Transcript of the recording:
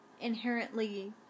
inherently